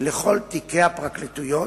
לכל תיקי הפרקליטויות,